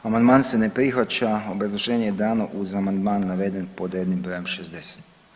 Amandman se ne prihvaća, obrazloženje je dano uz amandman naveden pod rednim brojem 60.